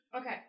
Okay